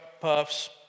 puffs